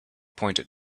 pointed